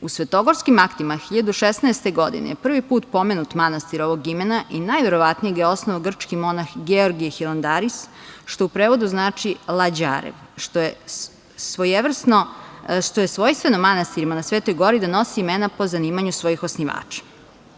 U svetogorskim aktima 1016. godine prvi put pomenut manastir ovog imena i najverovatnije ga je osnova grčki monah Georgije Hilandaris, što u prevodu znači – lađarev, što je svojstveno manastirima na Svetoj Gori da nose imena po zanimanju svojih osnivača.